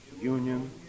union